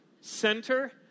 Center